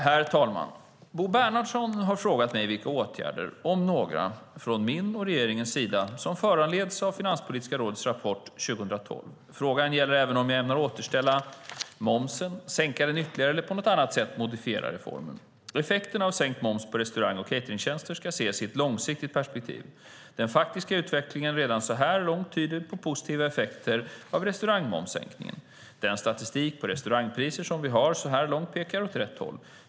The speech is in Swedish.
Herr talman! Bo Bernhardsson har frågat mig vilka åtgärder, om några, från min och regeringens sida som föranleds av Finanspolitiska rådets rapport 2012. Frågan gäller även om jag ämnar återställa momsen, sänka den ytterligare eller på annat sätt modifiera "reformen". Effekterna av sänkt moms på restaurang och cateringtjänster ska ses i ett långsiktigt perspektiv. Den faktiska utvecklingen redan så här långt tyder på positiva effekter av restaurangmomssänkningen. Den statistik på restaurangpriser som vi har så här långt pekar åt rätt håll.